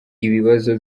ibibazo